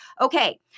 Okay